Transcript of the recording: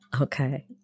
Okay